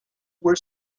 were